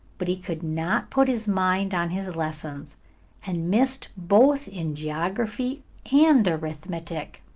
but he could not put his mind on his lessons and missed both in geography and arithmetic.